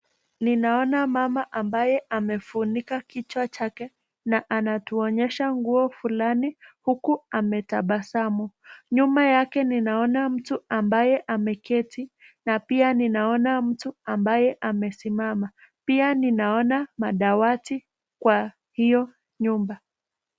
Ninaona mama ambaye amekofunika kichwa chake na anatuonyesha nguo fulani huku ametabasamu, nyuma yake ninaona mtu ambaye ameketi, na pia ninaona mtu ambaye amesimama, pia ninaona madawati kwa hiyo nyumba.